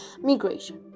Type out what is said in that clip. migration